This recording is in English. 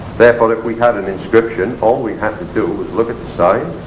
therefore if we had an inscription all we had to do was look at the sign,